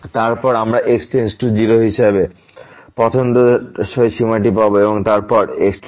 সুতরাং আমরা x → 0 হিসাবে পছন্দসই সীমাটি পাব এবং তারপর x2